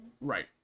Right